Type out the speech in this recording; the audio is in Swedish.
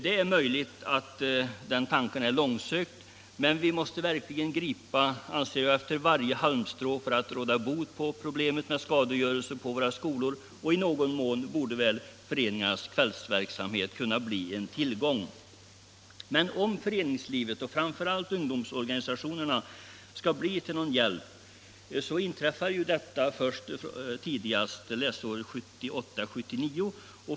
Det är möjligt att den tanken är långsökt, men vi måste verkligen gripa efter varje halmstrå för att råda bot på problemet med skadegörelse på våra skolor. I någon mån borde väl för Nr 126 eningarnas kvällsverksamhet kunna bli en tillgång. Torsdagen den Men om föreningslivet och framför allt ungdomsorganisationerna skall 13 maj 1976 bli till någon hjälp, kan det inträffa tidigast läsåret 1978/79.